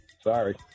Sorry